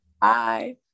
Bye